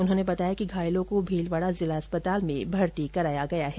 उन्होंने बताया कि घायलों को भीलवाडा जिला अस्पताल में भर्ती कराया गया है